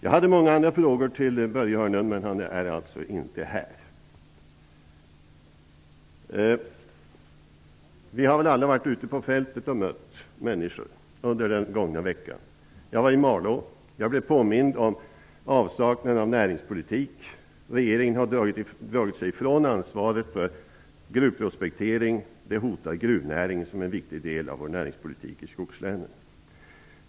Jag hade många andra frågor till Börje Hörnlund, men han är alltså inte här. Vi har väl alla under den gångna veckan varit ute på fältet och mött människor. Jag var i Malå. Jag blev påmind om avsaknaden av näringspolitik. Regeringen har dragit sig ifrån ansvaret för gruvprospektering, och det hotar gruvnäringen, som är en viktig del av våra näringar i skogslänen.